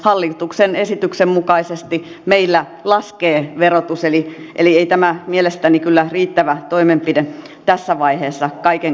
hallituksen esityksen mukaisesti meillä laskee verotus eli ei tämä mielestäni kyllä riittävä toimenpide tässä vaiheessa kaiken kaikkiaan ole